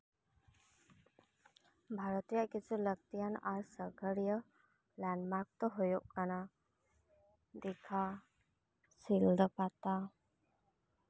ᱵᱷᱟᱨᱚᱛ ᱨᱮᱭᱟᱜ ᱠᱤᱪᱷᱩ ᱞᱟᱹᱠᱛᱤᱭᱟᱱ ᱥᱟᱸᱜᱷᱟᱨᱤᱭᱟᱹ ᱞᱮᱱᱰᱢᱟᱨᱠ ᱫᱚ ᱦᱩᱭᱩᱜ ᱠᱟᱱᱟ ᱫᱤᱜᱷᱟ ᱥᱤᱞᱫᱟᱹ ᱯᱟᱛᱟ